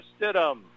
Stidham